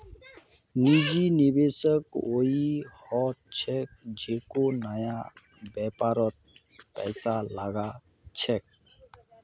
निजी निवेशक वई ह छेक जेको नया व्यापारत पैसा लगा छेक